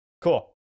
cool